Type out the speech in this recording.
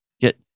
get